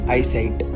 Eyesight